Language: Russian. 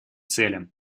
целям